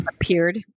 Appeared